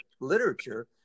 literature